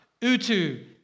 Utu